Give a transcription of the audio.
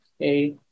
Okay